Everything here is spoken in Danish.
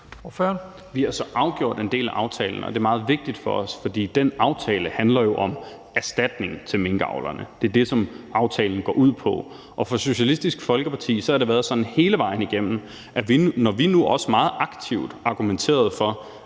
Vi er så afgjort en del af aftalen, og det er meget vigtigt for os, for den aftale handler jo om erstatning til minkavlerne. Det er det, som aftalen går ud på. Og for Socialistisk Folkeparti har det været sådan hele vejen igennem, at når vi nu også meget aktivt argumenterede for,